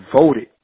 voted